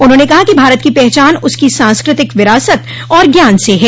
उन्होंने कहा कि भारत की पहचान उसकी सांस्कृतिक विरासत और ज्ञान से है